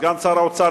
סגן שר האוצר,